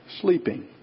sleeping